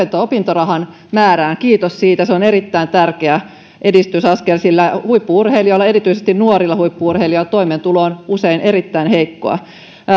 opintorahan määrään kiitos siitä se on erittäin tärkeä edistysaskel sillä huippu urheilijoilla ja erityisesti nuorilla huippu urheilijoilla toimeentulo on usein erittäin heikkoa